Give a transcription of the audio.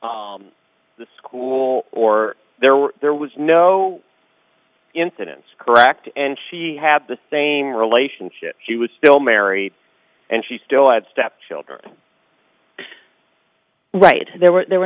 the school or there were there was no incidents correct and she have the same relationship she was still married and she still had stepchildren right there were there were